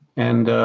and